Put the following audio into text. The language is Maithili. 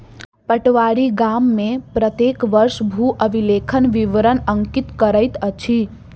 पटवारी गाम में प्रत्येक वर्ष भू अभिलेखक विवरण अंकित करैत अछि